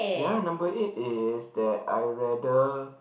ya number eight is that I rather